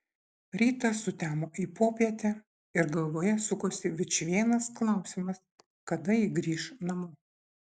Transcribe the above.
rytas sutemo į popietę ir galvoje sukosi vičvienas klausimas kada ji grįš namo